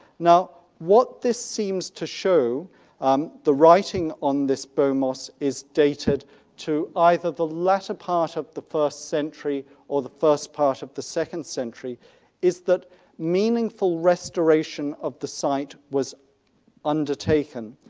now what this seems to show um the writing on this bomos is dated to either the latter part of the first century or the first part of the second century is that meaningful restoration of the site was undertaken.